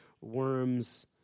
worms